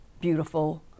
beautiful